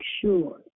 sure